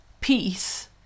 peace